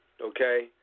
okay